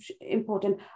important